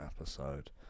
episode